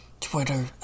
Twitter